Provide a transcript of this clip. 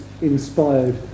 inspired